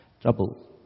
Trouble